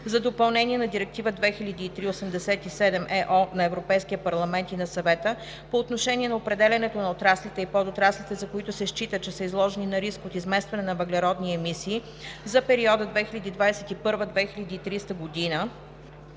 за допълнение на Директива 2003/87/ЕО на Европейския парламент и на Съвета по отношение на определянето на отраслите и подотраслите, за които се счита, че са изложени на риск от изместване на въглеродни емисии, за периода 2021 – 2030 г.